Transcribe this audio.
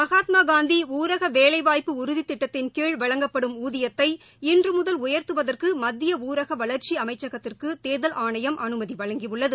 மகாத்மா காந்தி ஊரக வேலைவாய்ப்பு உறுதி திட்டத்தின் கீழ் வழங்கப்படும் ஊதியத்தை இன்று முதல் உயர்த்துவதற்கு மத்திய ஊரக வளர்ச்சி அமைச்சகத்திற்கு தேர்தல் ஆணையம் அனுமதி வழங்கியுள்ளது